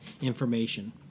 information